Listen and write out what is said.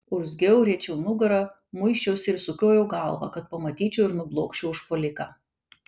urzgiau riečiau nugarą muisčiausi ir sukiojau galvą kad pamatyčiau ir nublokščiau užpuoliką